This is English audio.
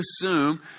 assume